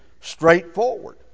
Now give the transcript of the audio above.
straightforward